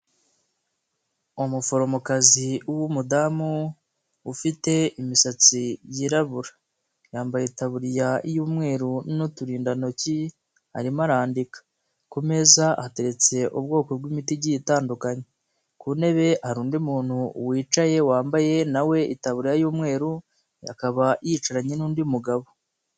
Umuforomokazi w'umudamu ufite imisatsi yirabura, yambaye itaburiya y'umweru n'uturindantoki arimo arandika, ku meza hateretse ubwoko bw'imiti igiye itandukanye, ku ntebe hari undi muntu wicaye wambaye na we itabubariya y'umweru akaba yicaranye n'undi mugabo.